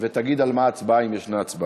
תגיד על מה ההצבעה, אם יש הצבעה.